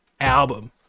album